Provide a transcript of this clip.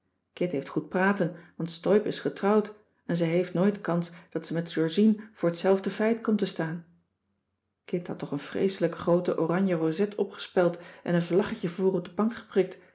heeft goed praten want steub is getrouwd en zij heeft nooit kans dat ze met georgien voor t zelfde feit komt te staan kit had toch een vreeselijke groote oranjeroset opgespeld en een vlaggetje voor op de bank geprikt